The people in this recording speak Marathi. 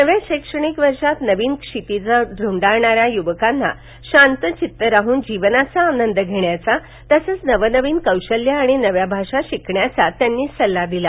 नव्या शैक्षणिक वर्षात नवीन क्षितीजे धूंडाळणाऱ्या युवकांना शांतचित्त राहन जीवनाचा आनंद घेण्याचा तसंच नवनवीन कौशल्ये आणि नव्या भाषा शिकण्याचा सल्ला त्यांनी दिला